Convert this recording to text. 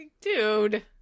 dude